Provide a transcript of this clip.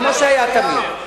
כמו שהיה תמיד.